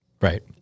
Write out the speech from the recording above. Right